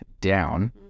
down